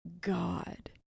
God